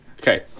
okay